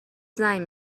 زنگ